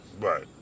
Right